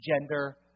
gender